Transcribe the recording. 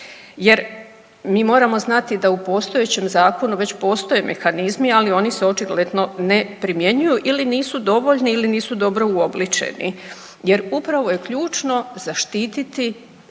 Jer mi moramo znati da u postojećem zakonu već postoje mehanizmi, ali oni se očigledno ne primjenjuju ili nisu dovoljni ili nisu dobro uobličeni jer upravo je ključno zaštititi